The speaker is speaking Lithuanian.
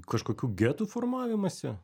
kažkokių getų formavimąsi